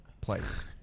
place